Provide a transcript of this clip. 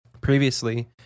Previously